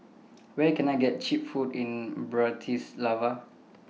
Where Can I get Cheap Food in Bratislava